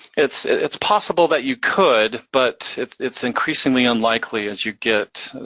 it's it's possible that you could, but it's it's increasingly unlikely as you get,